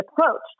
approached